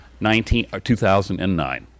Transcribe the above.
2009